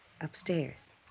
upstairs